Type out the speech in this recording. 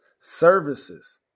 Services